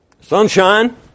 Sunshine